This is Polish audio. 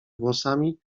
włosami